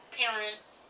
parents